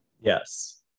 Yes